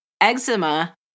eczema